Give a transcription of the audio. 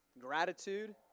gratitude